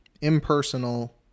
Impersonal